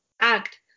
act